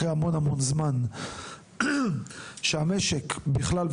אחרי המון זמן שבמהלכו המשק בכלל,